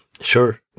Sure